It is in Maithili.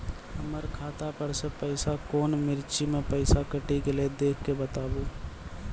हमर खाता पर से पैसा कौन मिर्ची मे पैसा कैट गेलौ देख के बताबू?